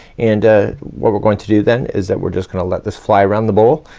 and ah, what we're going to do then, is that we're just gonna let this fly around the bowl.